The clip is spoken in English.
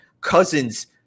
Cousins